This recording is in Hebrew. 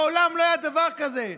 מעולם לא היה דבר כזה.